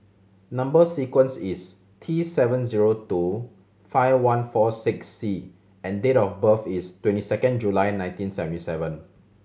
number sequence is T seven zero two five one four six C and date of birth is twenty second July nineteen seventy seven